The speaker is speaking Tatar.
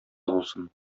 булсын